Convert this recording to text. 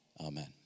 amen